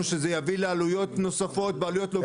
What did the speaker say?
שזה יביא לעלויות נוספות ועלויות לוגיסטיות.